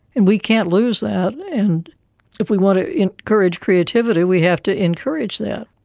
and we can't lose that, and if we want to encourage creativity we have to encourage that.